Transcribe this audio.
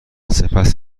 سپس